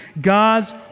God's